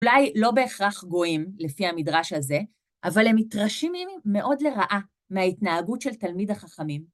אולי לא בהכרח גויים, לפי המדרש הזה, אבל הם מתרשמים מאוד לרעה מההתנהגות של תלמיד החכמים.